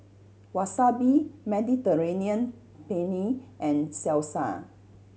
Wasabi Mediterranean Penne and Salsa